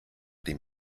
dem